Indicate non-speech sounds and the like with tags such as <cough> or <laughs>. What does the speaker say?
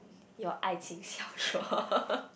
your 爱情小说 <laughs>